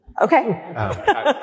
Okay